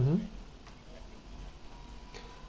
mmhmm